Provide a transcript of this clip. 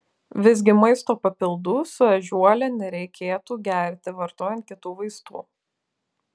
visgi maisto papildų su ežiuole nereikėtų gerti vartojant kitų vaistų